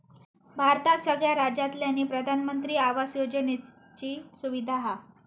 भारतात सगळ्या राज्यांतल्यानी प्रधानमंत्री आवास योजनेची सुविधा हा